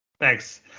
Thanks